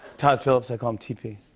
todd phillips. i call him t p.